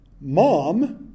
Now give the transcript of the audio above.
mom